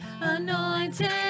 Anointed